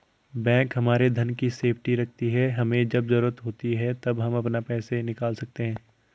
bank हमारे धन की सेफ्टी रखती है हमे जब जरूरत होती है तब हम अपना पैसे निकल सकते है